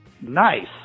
Nice